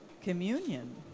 communion